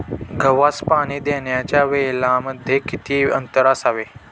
गव्हास पाणी देण्याच्या वेळांमध्ये किती अंतर असावे?